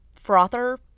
frother